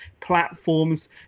platforms